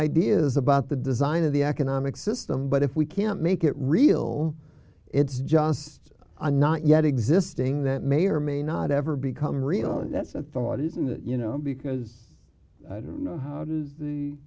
ideas about the design of the economic system but if we can't make it real it's just not yet existing that may or may not ever become real and that's a thought isn't it you know because i don't know how does